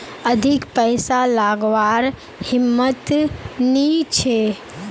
अधिक पैसा लागवार हिम्मत नी छे